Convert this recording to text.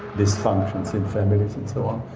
dysfunctions in families, and so on.